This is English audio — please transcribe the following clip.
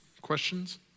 questions